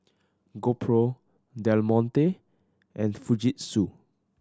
GoPro Del Monte and Fujitsu